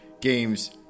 Games